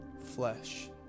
flesh